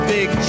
Big